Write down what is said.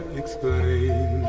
explain